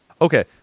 Okay